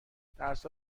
درسا